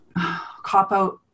cop-out